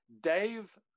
Dave